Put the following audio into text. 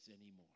anymore